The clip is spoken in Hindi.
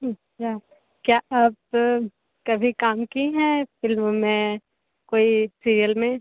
अच्छा क्या आप कभी काम किया हैं कोई फिल्मों में कोई सीरियल में